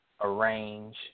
arrange